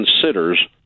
considers